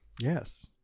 Yes